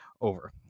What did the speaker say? over